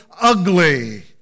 ugly